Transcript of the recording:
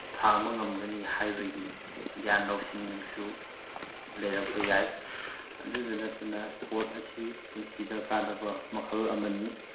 ꯊꯥꯡꯕ ꯉꯝꯒꯅꯤ ꯍꯥꯏꯕꯒꯤ ꯒ꯭ꯌꯥꯟ ꯂꯧꯁꯤꯡꯁꯨ ꯂꯩꯔꯛꯄ ꯌꯥꯏ ꯑꯗꯨꯗ ꯅꯠꯇꯅ ꯁ꯭ꯄꯣꯔꯠ ꯑꯁꯤ ꯄꯨꯟꯁꯤꯗ ꯀꯥꯟꯅꯕ ꯃꯈꯜ ꯑꯃꯅꯤ